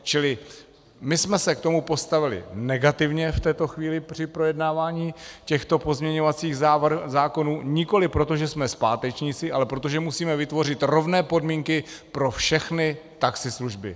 Čili my jsme se k tomu postavili negativně v této chvíli při projednávání těchto pozměňovacích zákonů nikoliv proto, že jsme zpátečníci, ale protože musíme vytvořit rovné podmínky pro všechny taxislužby.